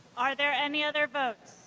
are there any other votes?